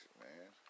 man